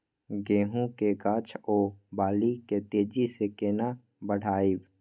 गेहूं के गाछ ओ बाली के तेजी से केना बढ़ाइब?